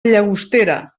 llagostera